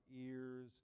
ears